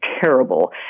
terrible